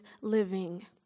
living